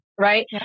right